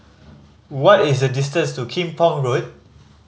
what is the distance to Kim Pong Road